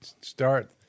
start